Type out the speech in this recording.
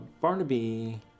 Barnaby